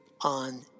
on